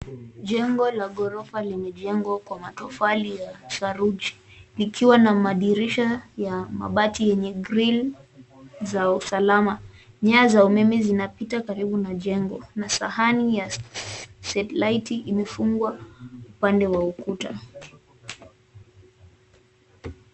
Jengo la gorofa limejengwa kwa matofali ya saruji likiwa na madirisha ya mabati enye gril za usalama. Nyaya za umeme zinapita karibu na jengo na sahani ya satellite imefungwa upande wa ukuta.